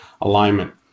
alignment